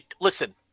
listen